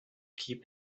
keep